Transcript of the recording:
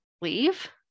leave